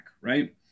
right